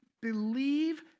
believe